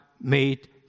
made